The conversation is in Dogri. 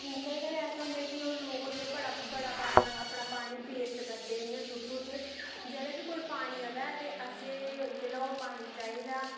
कदें कदें ऐसा होंदा कि जो लोग होंदे ओह् बड़ा अपना पानी बेस्ट करदे इयां सुट्टी ओड़दे जेल्लै बी कोई पानी आवै ते असें जेल्लै ओह् पानी चाहिदा तां उन्ना